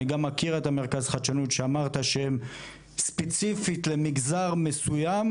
ואני גם מכיר את המרכז חדשנות שאמרת שהם ספציפית למגזר מסוים,